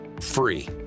free